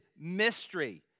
mystery